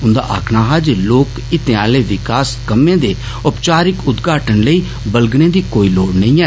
उन्दा आखना हा जे लोक हित आह्ले विकास कम्में दे औपचारिक उदघाटन लेई बलगने दी लोड़ नेहीं ऐ